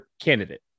candidate